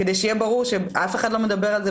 כדי שיהיה ברור שאף אחד לא מדבר על זה